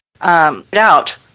out